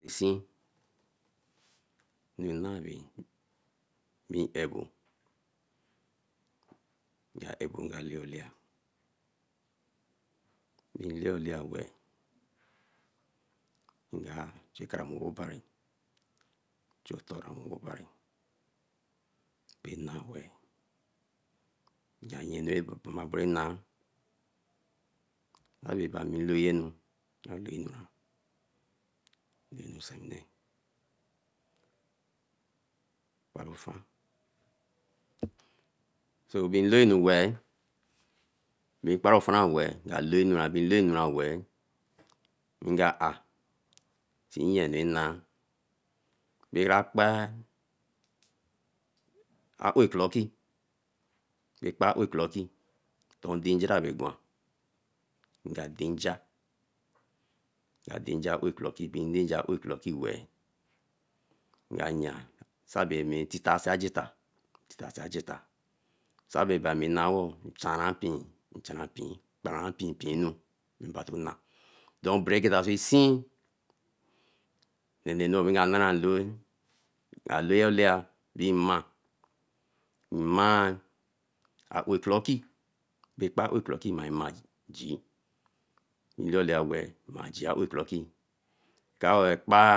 Nson nabe ra ebo, nga abo nga la olaya been la olaye weeh nga chu obe nee obari chu otora wen bo obari bae na weeh nga na bra nu ra bra nah. Abe ami loi anu, nga loi anwa, loi anu sewine, kparofan. So being loi anu weeh, been kparofan ra weeh nga arh si fian anu ra nah. Ba kra kpen aowe dooki, ton dey nja ra abera gwan, nga danja, nga danja aowe clocki weeh, nga yian saibe titan see ageta, saibe ani nawor charan pee, nnee geta bae seen, anu ra ka nara loi, nga la olaya mai, mai aowe clocki, bae kpen aowo clocki ma mai gee, bae laelaye weeh ma gee aowe clocki.